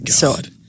God